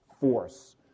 force